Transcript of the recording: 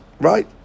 Right